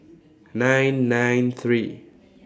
nine nine three